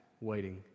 waiting